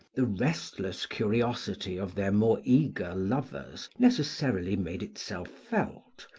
the restless curiosity of their more eager lovers necessarily made itself felt,